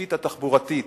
התשתית התחבורתית,